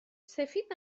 سفید